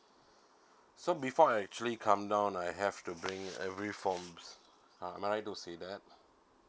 so before I actually come down I have to bring every form uh am I right to say that